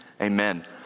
Amen